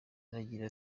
aragira